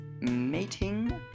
mating